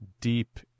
deep